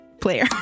player